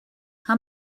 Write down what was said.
how